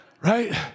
right